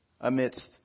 amidst